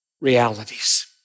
realities